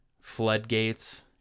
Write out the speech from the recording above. floodgates